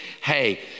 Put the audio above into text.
hey